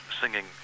singing